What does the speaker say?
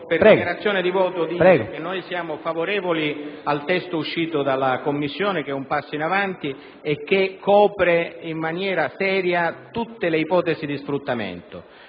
prego.